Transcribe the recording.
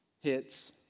hits